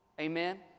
Amen